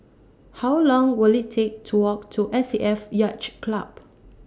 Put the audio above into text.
How Long Will IT Take to Walk to S A F Yacht Club